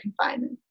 confinement